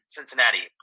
Cincinnati